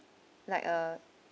like a